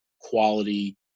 quality